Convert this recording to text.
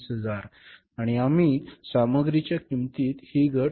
20000 आणि आम्ही सामग्रीच्या किंमतीत ही घट रु